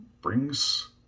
brings